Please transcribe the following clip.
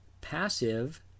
passive